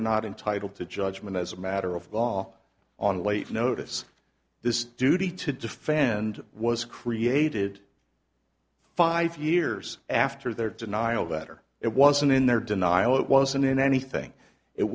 not entitle to judgment as a matter of law on late notice this duty to defend was created five years after their denial letter it wasn't in their denial it wasn't in anything it